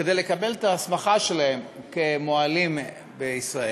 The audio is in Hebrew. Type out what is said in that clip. כדי לקבל את ההסמכה שלהם כמוהלים בישראל,